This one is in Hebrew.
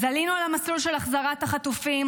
אז עלינו על המסלול של החזרת החטופים,